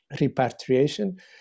Repatriation